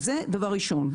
אז זה דבר ראשון.